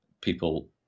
people